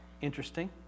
Interesting